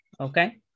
Okay